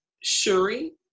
Shuri